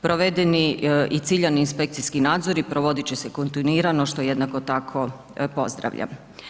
Provedeni i ciljani inspekcijski nadzori provodit će se kontinuirano, što jednako tako pozdravljam.